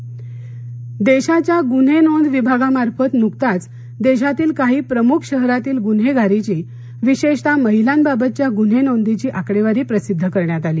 गन्हे आकडेवारी देशाच्या गुन्हे नोंद विभागामार्फत नुकताच देशातील काही प्रमुख शहरातील गुन्हेगारीची विशेषतः महिलाबाबतच्या गुन्हे नोंदीची आकडेवारी प्रसिद्ध करण्यात आली